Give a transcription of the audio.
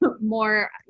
more